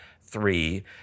three